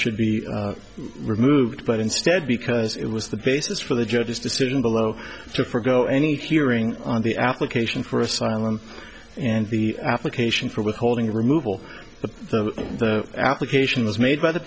should be removed but instead because it was the basis for the judge's decision below to forgo any hearing on the application for asylum and the application for withholding removal of the application was made by the